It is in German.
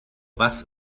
was